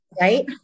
Right